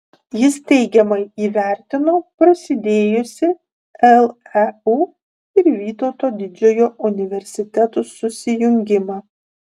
jis teigiamai įvertino prasidėjusį leu ir vytauto didžiojo universitetų susijungimą